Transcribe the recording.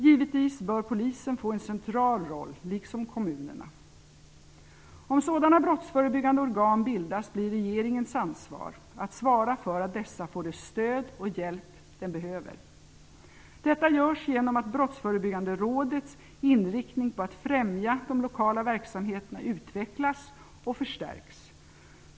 Givetvis bör polisen få en central roll, liksom kommunerna. Om sådana brottsförebyggande organ bildas blir regeringens ansvar att svara för att dessa får det stöd och den hjälp de behöver. Detta görs genom att Brottsförebyggande rådets inriktning på att främja de lokala verksamheterna utvecklas och förstärks.